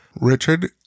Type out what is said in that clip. Richard